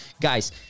guys